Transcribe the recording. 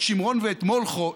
את שמרון ואת מולכו,